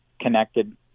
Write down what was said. connected